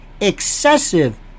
excessive